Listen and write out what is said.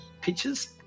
pictures